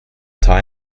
thai